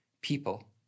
people